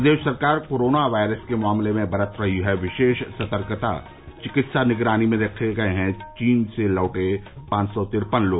प्रदेश सरकार corona virus के मामले में बरत रही है विशेष सतर्कता चिकित्सा निगरानी में रखे गये हैं चीनी से लौटे पांच सौ तिरपन लोग